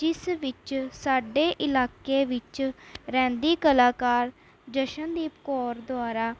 ਜਿਸ ਵਿੱਚ ਸਾਡੇ ਇਲਾਕੇ ਵਿੱਚ ਰਹਿੰਦੀ ਕਲਾਕਾਰ ਜਸ਼ਨਦੀਪ ਕੌਰ ਦੁਆਰਾ